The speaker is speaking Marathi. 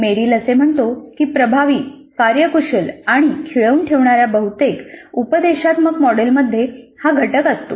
मेरिल असे म्हणतो की "प्रभावी कार्यकुशल आणि खिळवून ठेवणाऱ्या बहुतेक उपदेशात्मक मॉडेलमध्ये हा घटक असतो